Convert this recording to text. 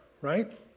right